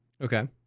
Okay